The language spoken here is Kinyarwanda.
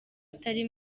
atari